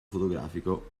fotografico